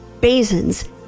basins